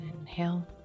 inhale